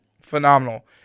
phenomenal